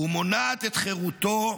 ומונעת את חירותו ושגשוגו.